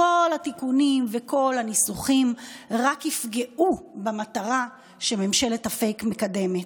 כל התיקונים וכל הניסוחים רק יפגעו במטרה שממשלת הפייק מקדמת,